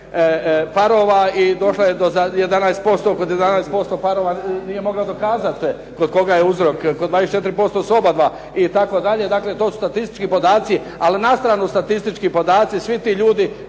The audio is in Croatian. parova i došla je do 11%, kod 11% parova nije mogla dokazat kod koga je uzrok, kod 24% su obadva itd. Dakle, to su statistički podaci. Ali na stranu statistički podaci, svi ti ljudi